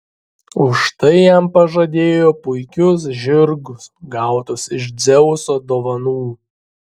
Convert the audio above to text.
už tai jam pažadėjo puikius žirgus gautus iš dzeuso dovanų